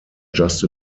just